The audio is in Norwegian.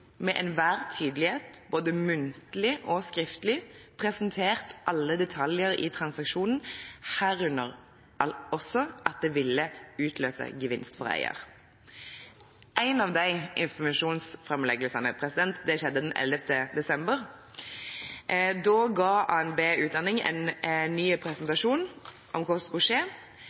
med enhver tydelighet, både muntlig og skriftlig, presentert alle detaljer i transaksjonen, derunder at den også ville utløse en gevinst for eier.» En av de informasjonsframleggelsene skjedde den 11. desember. Da ga ABN Utdanning en ny presentasjon av hva som skulle skje.